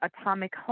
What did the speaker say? Atomic